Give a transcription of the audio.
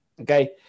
okay